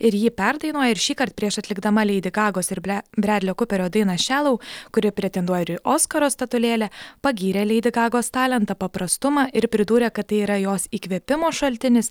ir ji perdainuoja ir šįkart prieš atlikdama leidi gagos ir bredlio kuperio dainą šelou kuri pretenduoja į oskaro statulėlę pagyrė leidi gagos talentą paprastumą ir pridūrė kad tai yra jos įkvėpimo šaltinis